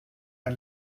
ein